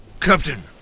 Captain